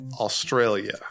Australia